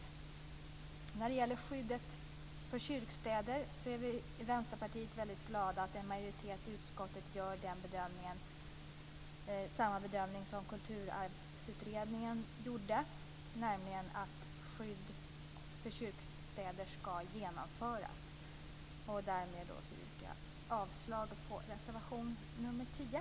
När det gäller skyddet för kyrkstäder är vi i Vänsterpartiet väldigt glada att en majoritet i utskottet gör samma bedömning som Kulturarvsutredningen gjorde, nämligen att skydd för kyrkstäder ska genomföras. Därmed yrkar jag avslag på reservation 10.